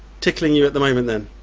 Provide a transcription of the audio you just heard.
tickling you at the moment then?